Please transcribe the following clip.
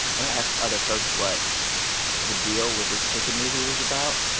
and i asked other folks what the deal with this chicken movie was about,